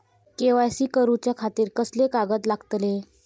KYC करूच्या खातिर कसले कागद लागतले?